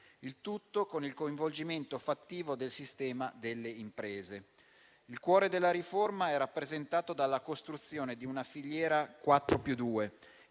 il tutto con il coinvolgimento fattivo del sistema delle imprese. Il cuore della riforma è rappresentato dalla costruzione di una filiera quattro